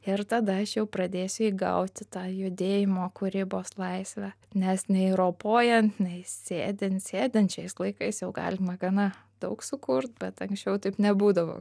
ir tada aš jau pradėsiu įgauti tą judėjimo kūrybos laisvę nes nei ropojant nei sėdint sėdint šiais laikais jau galima gana daug sukurt bet anksčiau taip nebūdavo